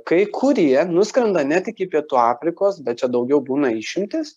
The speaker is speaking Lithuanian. kai kurie nuskrenda net iki pietų afrikos bet čia daugiau būna išimtys